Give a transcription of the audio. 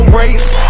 race